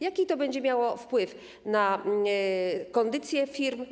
Jaki to będzie miało wpływ na kondycję firm?